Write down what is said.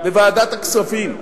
בוועדת הכספים,